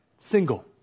single